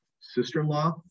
sister-in-law